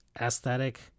aesthetic